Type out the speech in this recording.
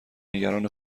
نگران